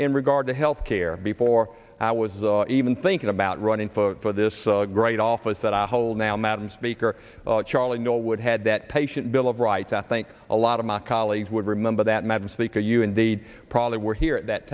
in regard to health care before i was even thinking about running for this great office that i hold now madam speaker charlie norwood had that patient bill of rights i think a lot of my colleagues would remember that madam speaker you and they probably were here at that